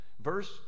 Verse